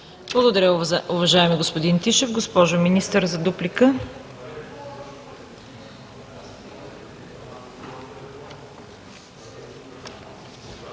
Благодаря, уважаеми господин Тишев. Госпожо Министър, за дуплика.